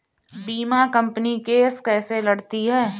बीमा company case कैसे लड़ती है?